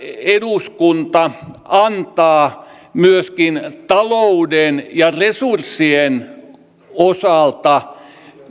eduskunta antaa myöskin talouden ja resurssien osalta